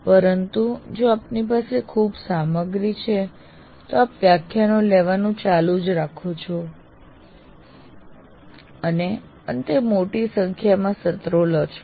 પરંતુ જો આપની પાસે ખૂબ સામગ્રી છે તો આપ વ્યાખ્યાનો લેવાનું ચાલુ જ રાખો છો અને અંતે મોટી સંખ્યામાં સત્રો લો છો